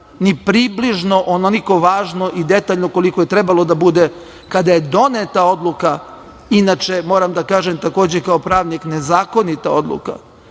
ni približno onoliko važno i detaljno, koliko je trebalo da bude kada je doneta odluka, inače moram da kažem takođe kao pravnik, nezakonita odluka